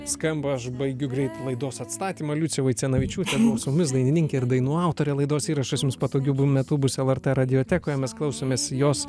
skamba aš baigiu greit laidos atstatymą liucija vaicenavičiūtė buvo su mumis dainininkė ir dainų autorė laidos įrašas jums patogiu bu metu bus lrt radiotekoje mes klausomės jos